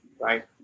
right